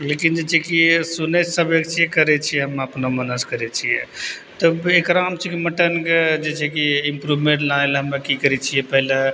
लेकिन जे छै कि सुनै सबेके छियै करै छियै हम अपन मन से करै छियै तब एकरामे छै कि मटनके जे छै कि इम्प्रूवमेन्ट लाबै लै हमे की करै छियै पहले